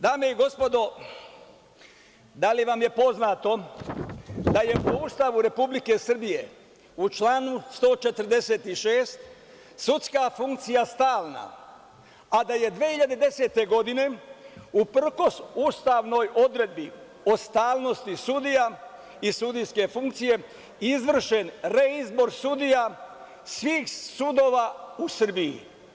Dame i gospodo, da li vam je poznato da je po Ustavu Republike Srbije, u članu 146, sudska funkcija stalna, a da je 2010. godine uprkos ustavnoj odredbi o stalnosti sudija i sudijske funkcije, izvršen reizbor sudija svih sudova u Srbiji?